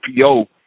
PO